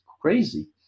crazy